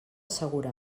segura